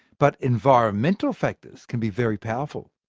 but environmental factors can be very powerful.